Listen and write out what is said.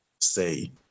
say